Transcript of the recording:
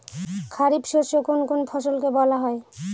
খারিফ শস্য কোন কোন ফসলকে বলা হয়?